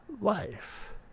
Life